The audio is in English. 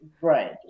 Right